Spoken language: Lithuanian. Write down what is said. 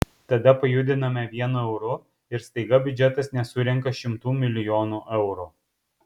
tada pajudiname vienu euru ir staiga biudžetas nesurenka šimtų milijonų eurų